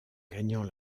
gagnant